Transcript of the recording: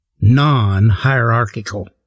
non-hierarchical